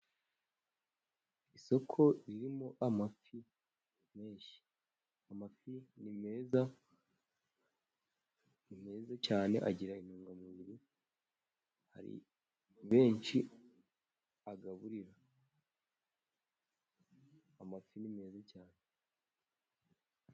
Isoko ririmo amafi menshi, amafi ni meza cyane agira intungamubiri, hari benshi agaburira, amafi ni meza cyane.